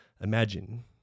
Imagine